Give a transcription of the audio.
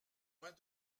moins